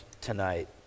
tonight